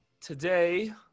today